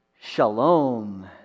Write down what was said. Shalom